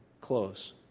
Close